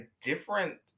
different